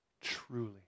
truly